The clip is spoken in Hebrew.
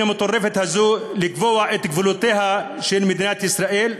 המטורפת הזאת לקבוע את גבולותיה של מדינת ישראל,